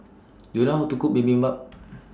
Do YOU know How to Cook Bibimbap